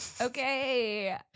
Okay